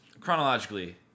chronologically